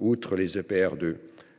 Outre les EPR 2,